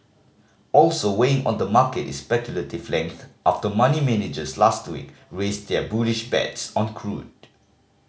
also weighing on the market is speculative length after money managers last week raised their bullish bets on crude